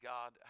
God